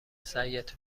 سعیت